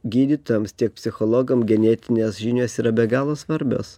gydytojams tiek psichologam genetinės žinios yra be galo svarbios